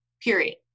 Period